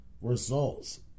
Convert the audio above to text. results